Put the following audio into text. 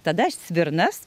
tada svirnas